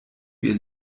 ihr